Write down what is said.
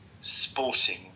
sporting